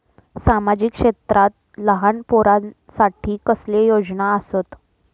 सामाजिक क्षेत्रांत लहान पोरानसाठी कसले योजना आसत?